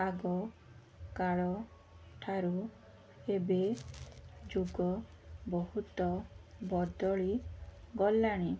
ଆଗକାଳଠାରୁ ଏବେ ଯୁଗ ବହୁତ ବଦଳିଗଲାଣି